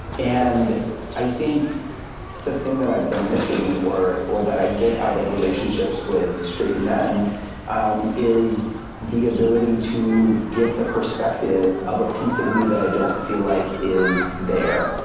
and i think the thing that i've been missing or or that i get out of relationships with straight men and is the ability to get the perspective of a piece of me that i don't feel like is there.